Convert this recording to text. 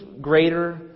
greater